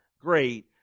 great